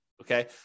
okay